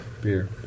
Beer